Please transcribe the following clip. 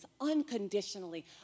unconditionally